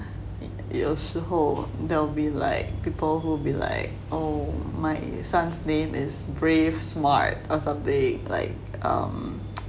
有时候 there'll be like people who will be like oh my son's name is brave smart or something like like um